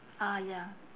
ah ya